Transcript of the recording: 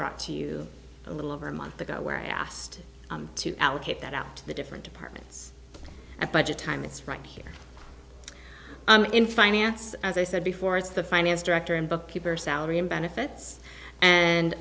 brought to you a little over a month ago where i asked to allocate that out to the different departments at budget time it's right here i'm in finance as i said before it's the finance director and bookkeeper salary and benefits and